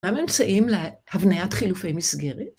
‫מהממצאים להבניית חילופי מסגרת?